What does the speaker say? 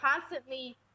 constantly